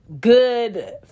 good